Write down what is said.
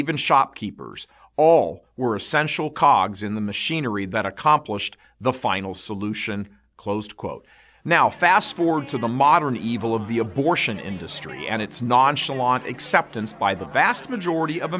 even shopkeepers all were essential cogs in the machinery that accomplished the final solution closed quote now fast forward to the modern evil of the abortion industry and its nonchalant acceptance by the vast majority of